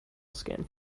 skin